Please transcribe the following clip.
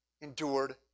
endured